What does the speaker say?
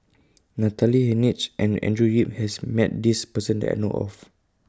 Natalie Hennedige and Andrew Yip has Met This Person that I know of